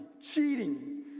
Cheating